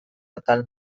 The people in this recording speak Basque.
atal